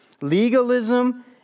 Legalism